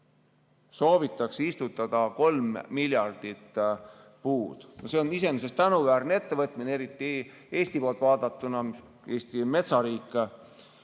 soovitatakse istutada kolm miljardit puud. See on iseenesest tänuväärne ettevõtmine, eriti Eestist vaadatuna. Eesti on metsariik.